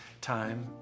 time